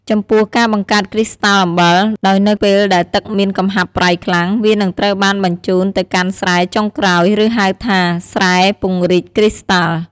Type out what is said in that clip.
ចំពោះ ការបង្កើតគ្រីស្តាល់អំបិល ដោយនៅពេលដែលទឹកមានកំហាប់ប្រៃខ្លាំង វានឹងត្រូវបានបញ្ជូនទៅកាន់ស្រែចុងក្រោយ ឬហៅថាស្រែពង្រីកគ្រីស្តាល់។